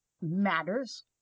matters